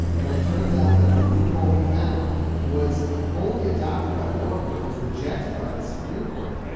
and it turns out that the loophole he found was only adopted by a lower court was rejected by the supreme court.